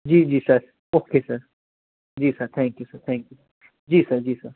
जी जी sir okay sir जी sir thank you sir thank you जी सर जी सर